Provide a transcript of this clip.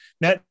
now